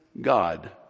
God